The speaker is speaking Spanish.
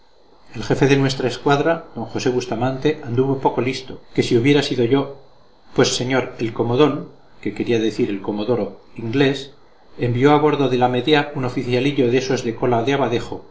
el jefe de nuestra escuadra d josé bustamante anduvo poco listo que si hubiera sido yo pues señor el comodón quería decir el comodoro inglés envió a bordo de la medea un oficialillo de estos de cola de abadejo